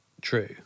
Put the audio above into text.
true